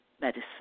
medicine